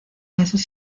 meses